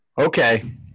Okay